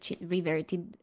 reverted